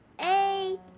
eight